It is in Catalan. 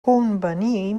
convenir